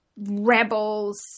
rebels